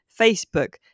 Facebook